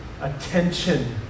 attention